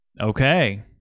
Okay